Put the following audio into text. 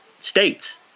states